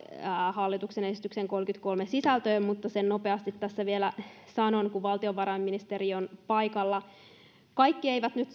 hallituksen esityksen kolmeenkymmeneenkolmeen sisältöön mutta sen nopeasti tässä vielä sanon kun valtiovarainministeri on paikalla kaikki eivät nyt